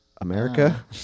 America